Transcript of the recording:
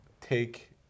take